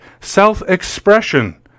self-expression